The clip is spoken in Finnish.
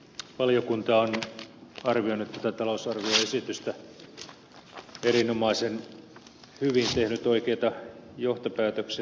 valiokunta on arvioinut tätä talousarvioesitystä erinomaisen hyvin tehnyt oikeita johtopäätöksiä tehnyt oikeita esityksiä